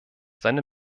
seine